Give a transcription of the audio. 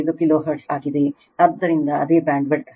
5 kilohertz ಆಗಿದೆ ಆದ್ದರಿಂದ ಅದೇ ಬ್ಯಾಂಡ್ವಿಡ್ತ್